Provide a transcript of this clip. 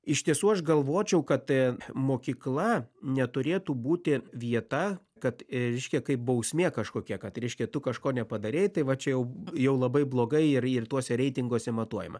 iš tiesų aš galvočiau kad mokykla neturėtų būti vieta kad reiškia kaip bausmė kažkokia kad reiškia tu kažko nepadarei tai va čia jau jau labai blogai ir ir tuose reitinguose matuojama